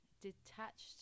detached